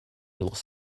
los